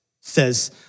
says